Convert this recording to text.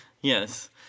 Yes